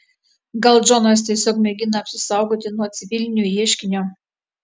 gal džonas tiesiog mėgina apsisaugoti nuo civilinio ieškinio